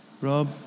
Rob